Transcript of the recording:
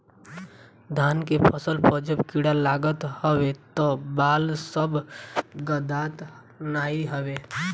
धान के फसल पअ जब कीड़ा लागत हवे तअ बाल सब गदात नाइ हवे